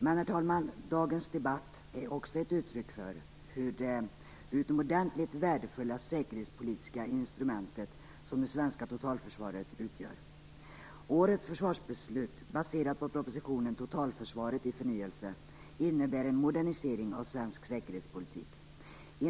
Men, herr talman, dagens debatt är också ett uttryck för vilket utomordentligt värdefullt säkerhetspolitiskt instrument det svenska totalförsvaret utgör. Årets försvarsbeslut, baserat på propositionen Totalförsvaret i förnyelse, innebär en modernisering av svensk säkerhetspolitik.